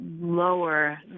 lower